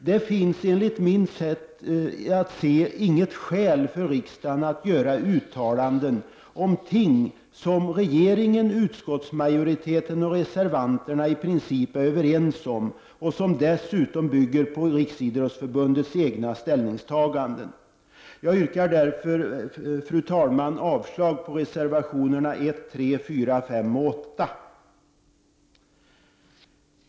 Det finns enligt mitt sätt att se inget skäl för riksdagen att göra uttalanden om ting som regeringen, utskottsmajoriteten och reservanterna i princip är överens om och som dessutom bygger på Riksidrottsförbundets egna ställningstaganden. Därför yrkar jag, fru talman, avslag på reservationerna 1, 3, 4, 5, och 8.